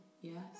yes